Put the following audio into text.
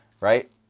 right